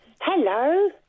Hello